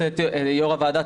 יו"ר הוועדה,